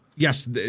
Yes